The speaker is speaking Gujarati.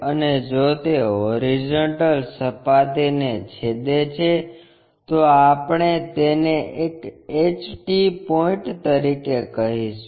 અને જો તે હોરિઝોન્ટલ સપાટીને છેદે છે તો આપણે તેને એક HT પોઇન્ટ તરીકે કહીશું